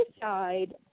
side